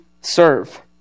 serve